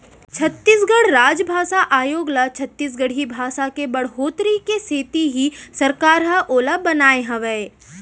छत्तीसगढ़ राजभासा आयोग ल छत्तीसगढ़ी भासा के बड़होत्तरी के सेती ही सरकार ह ओला बनाए हावय